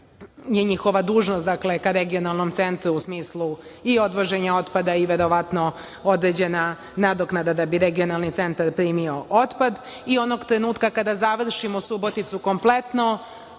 njihova dužnost ka regionalnom centru, u smislu i odvoženja otpada i verovatno određena nadoknada da bi regionalni centar primio otpad. Onog trenutka kada završimo Suboticu, kompletno